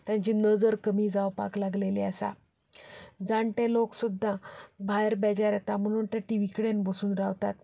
तांची नजर कमी जावपाक लागलेली आसा जाणटे लोक सुद्दां भायर बेजार येता म्हणून ते टी व्ही कडेन बसून रावतात